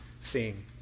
seeing